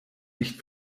nicht